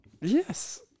Yes